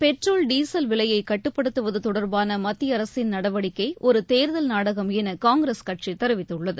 petrol diesel விலையைக் கட்டுப்படுத்துவது தொடர்பான மத்திய அரசின் நடவடிக்கை ஒரு தேர்தல் நாடகம் என காங்கிரஸ் கட்சி தெரிவித்துள்ளது